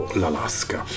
l'Alaska